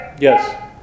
Yes